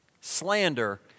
Slander